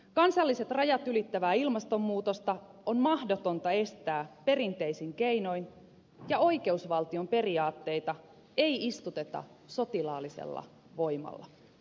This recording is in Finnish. kansalliset rajat ylittävää ilmastonmuutosta on mahdotonta estää perinteisin keinoin ja oikeusvaltion periaatteita ei istuteta sotilaallisella voimalla